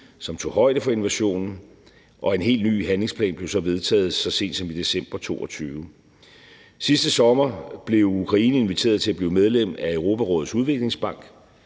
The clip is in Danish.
som tog højde for invasionen, og en helt ny handlingsplan blev så vedtaget så sent som i december 2022. Sidste sommer blev Ukraine inviteret til at blive medlem af Europarådets Udviklingsbank.